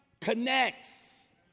connects